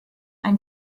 ein